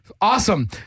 Awesome